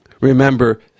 Remember